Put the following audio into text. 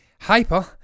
hyper